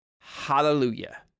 Hallelujah